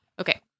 Okay